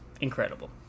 incredible